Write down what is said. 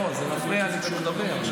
לא, זה מפריע לי כשהוא מדבר.